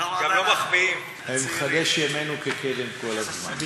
אנחנו, גם לא, הם "חדש ימינו כקדם" כל הזמן.